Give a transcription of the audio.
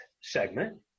segment